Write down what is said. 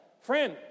Friend